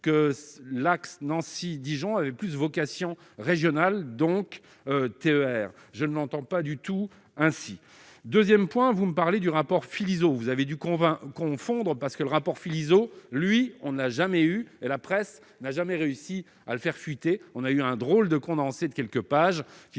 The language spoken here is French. que l'axe Nancy-Dijon avait plus vocation régionale donc TER, je ne l'entend pas du tout ainsi 2ème point vous me parlez du rapport Philizot, vous avez dû qu'on va confondre parce que le rapport Philizot, lui, on n'a jamais eu et la presse n'a jamais réussi à le faire chuter, on a eu un drôle de condensé de quelques pages